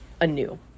anew